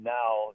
now